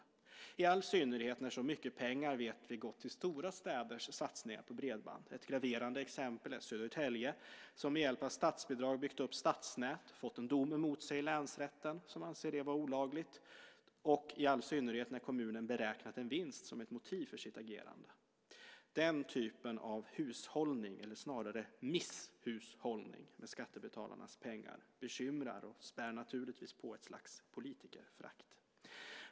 Det gäller i all synnerhet när vi vet att så mycket pengar gått till stora städers satsningar på bredband. Ett graverande exempel är Södertälje som med hjälp av statsbidrag byggt stadsnät. Kommunen har fått en dom emot sig i länsrätten, som anser det vara olagligt. Det gäller i all synnerhet när kommunen beräknat en vinst som ett motiv för sitt agerande. Den typen av hushållning, eller snarare misshushållning, med skattebetalarnas pengar bekymrar och späder naturligtvis på ett slags politikerförakt.